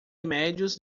remédios